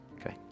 Okay